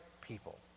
people